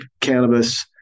cannabis